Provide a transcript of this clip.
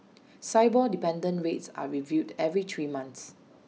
Sibor dependent rates are reviewed every three months